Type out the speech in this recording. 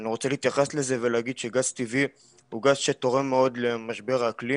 אני רוצה להתייחס לזה ולהגיד שגז טבעי הוא גז שתורם מאוד למשבר האקלים